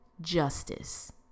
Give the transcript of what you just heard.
justice